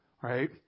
Right